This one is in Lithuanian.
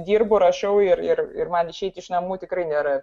dirbu rašau ir ir ir man išeiti iš namų tikrai nėra